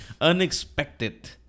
Unexpected